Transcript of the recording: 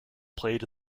played